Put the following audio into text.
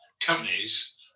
companies